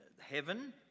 heaven